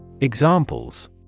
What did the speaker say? Examples